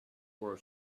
were